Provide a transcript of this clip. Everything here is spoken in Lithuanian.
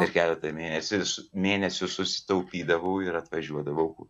per keletą mėnesių mėnesius susitaupydavau ir atvažiuodavau